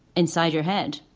inside your head,